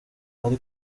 ari